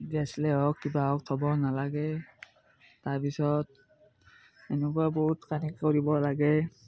হওক কিবা হওক থ'ব নালাগে তাৰপিছত এনেকুৱা ব'ৰ্ড কানেক্ট কৰিব লাগে